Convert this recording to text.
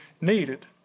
needed